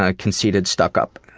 ah conceited stuck-up.